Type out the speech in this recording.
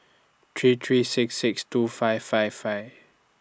three three six six two five five five